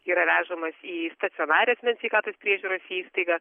yra vežamas į stacionarią sveikatos priežiūros įstaigą